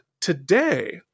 today